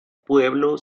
pueblo